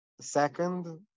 second